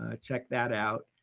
ah check that out.